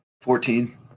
Fourteen